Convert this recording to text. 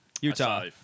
Utah